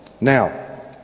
Now